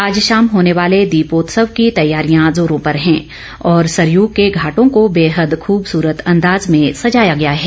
आज शाम होने वाले दीपोत्सव की तैयारियां जोरो पर हैं और सरयू के घाटों को बेहद खूबसूरत अंदाज में सजाया गया है